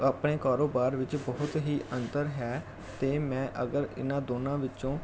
ਆਪਣੇ ਕਾਰੋਬਾਰ ਵਿੱਚ ਬਹੁਤ ਹੀ ਅੰਤਰ ਹੈ ਅਤੇ ਮੈਂ ਅਗਰ ਇਹਨਾਂ ਦੋਨਾਂ ਵਿੱਚੋਂ